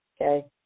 Okay